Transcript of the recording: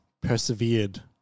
persevered